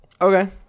Okay